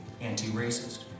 anti-racist